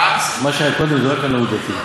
מה שהיה קודם זה לא קנאות דתית,